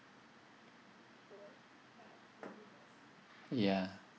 ya